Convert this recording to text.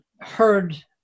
heard